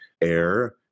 air